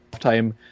time